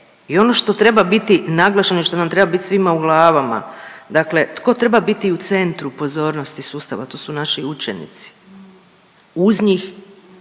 i ono što treba biti naglašeno i što nam treba bit svima u glavama, dakle tko treba biti u centru pozornosti sustava? To su naši učenici, uz njih